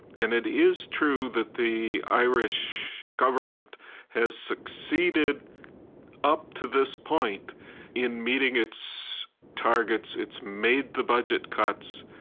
and it is true that the irish government has succeeded up to this point in meeting its targets. it's made the budget cuts,